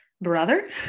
brother